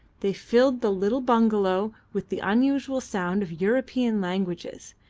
they filled the little bungalow with the unusual sounds of european languages,